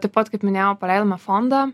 taip pat kaip minėjau paleidome fondą